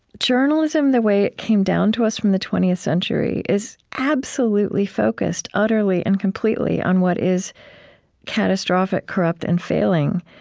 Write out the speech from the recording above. journalism, the way it came down to us from the twentieth century, is absolutely focused, utterly and completely, on what is catastrophic, corrupt, and failing.